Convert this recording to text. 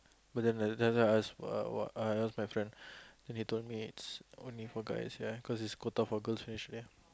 but then like that's why I ask what what I ask my friend then they told me it's only for guys ya cause there's quota for girls initially